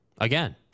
again